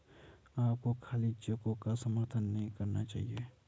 आपको खाली चेकों का समर्थन नहीं करना चाहिए